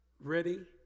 Ready